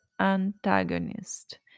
Antagonist